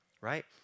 right